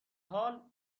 حال